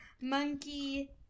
monkey